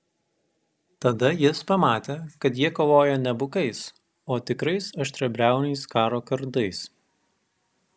tada jis pamatė kad jie kovoja ne bukais o tikrais aštriabriauniais karo kardais